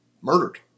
murdered